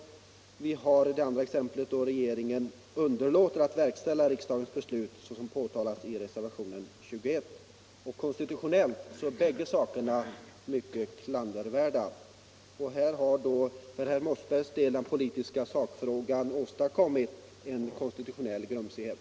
Vi har å andra sidan den situationen att regeringen underlåtit att verkställa riksdagens beslut, vilket framhållits i reservationen 21. Konstitutionellt är båda sakerna mycket klandervärda. För herr Mossbergs del har den politiska sakfrågan åstadkommit en konstitutionell grumsighet.